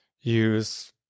use